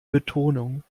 betonung